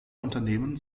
unternehmen